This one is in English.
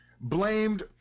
blamed